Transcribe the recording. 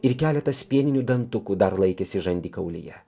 ir keletas pieninių dantukų dar laikėsi žandikaulyje